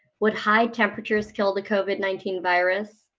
would high temperatures kill the covid nineteen virus,